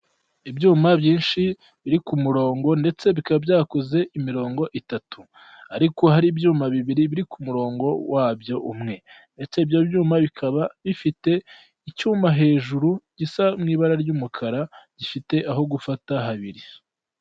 Ibyuma byinshi biri ku murongo ndetse bikaba byakuze imirongo itatu; ariko hari ibyuma bibiri biri ku murongo wabyo umwe, ndetse ibyo byuma bikaba bifite icyuma hejuru gisa n'ibara ry'umukara gifite aho gufata habiri.